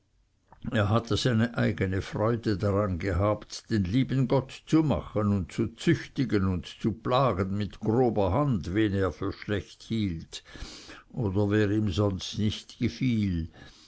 er hatte eine eigene freude daran gehabt den lieben gott zu machen und zu züchtigen und zu plagen mit grober hand wen er für schlecht hielt oder wer ihm sonst nicht gefiel